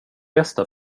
bästa